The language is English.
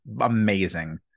amazing